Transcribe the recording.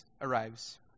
arrives